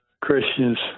Christians